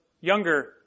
younger